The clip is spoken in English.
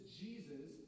jesus